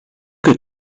que